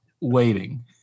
waiting